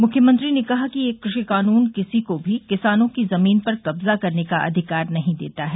मृख्यमंत्री ने कहा कि यह कृषि कानून किसी को भी किसानों की जमीन पर कब्जा करने का अधिकार नहीं देता है